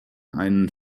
einen